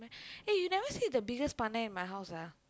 eh you never see the biggest பானை:paanai in my house ah